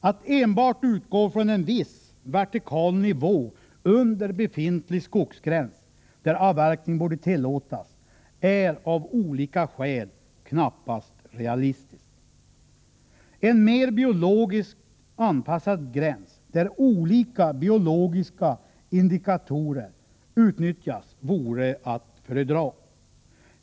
Att enbart utgå från en viss vertikal nivå under befintlig skogsgräns, där avverkning borde tillåtas, är av olika skäl knappast realistiskt. En mer biologiskt anpassad gräns där olika biologiska indikatorer utnyttjas vore att föredra.